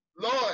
Lord